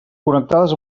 connectades